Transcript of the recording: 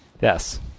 Yes